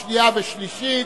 נגד, נגד.